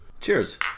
Cheers